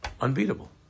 unbeatable